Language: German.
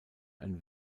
ein